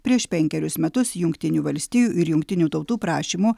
prieš penkerius metus jungtinių valstijų ir jungtinių tautų prašymu